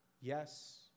Yes